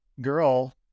girl